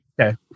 okay